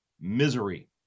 misery